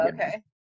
Okay